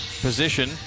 position